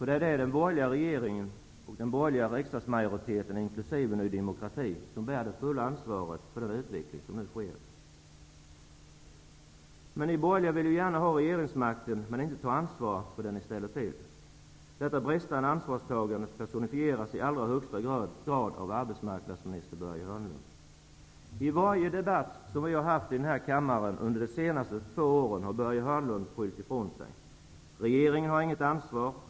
Det är den borgerliga regeringen och den borgerliga riksdagsmajoriteten inkl. Ny demokrati som bär det fulla ansvaret för den utveckling som nu sker. Ni borgerliga vill gärna ha regeringsmakten, men ni vill inte ta ansvar för det ni ställer till med. Detta bristande ansvarstagande personifieras i allra högsta grad i dag av arbetsmarknadsminister Börje Hörnlund. I varje debatt som vi har fört i denna kammare under de senaste två åren har Börje Hörnlund skyllt ifrån sig. Regeringen har inget ansvar.